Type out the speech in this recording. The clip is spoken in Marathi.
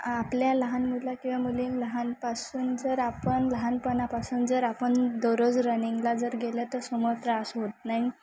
आपल्या लहान मुलं किंवा मुली लहानपासून जर आपण लहानपणापासून जर आपण दररोज रनिंगला जर गेलं तर समोर त्रास होत नाही